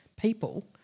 people